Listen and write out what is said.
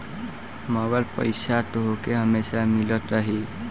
मगर पईसा तोहके हमेसा मिलत रही